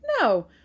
No